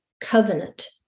covenant